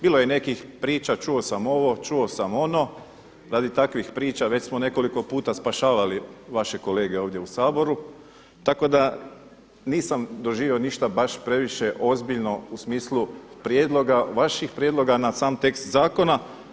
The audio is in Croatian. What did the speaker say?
Bilo je nekih priča, čuo sam ovo, čuo sam ono, radi takvih priča već smo nekoliko puta spašavali vaše kolege ovdje u Saboru tako da nisam doživio ništa baš previše ozbiljno u smislu prijedloga, vaših prijedloga na sam tekst zakona.